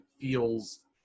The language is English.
feels